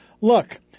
look